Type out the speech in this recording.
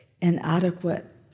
inadequate